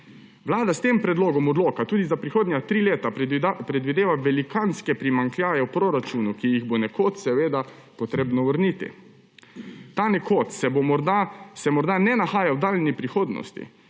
Vlada s tem predlogom odloka tudi za prihodnja tri leta predvideva velikanske primanjkljaje v proračunu, ki jih bo nekoč seveda potrebno vrniti. Ta nekoč se morda ne nahaja v daljni prihodnosti.